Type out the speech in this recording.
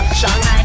shine